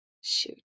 Shoot